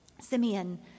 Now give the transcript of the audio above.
Simeon